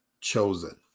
chosen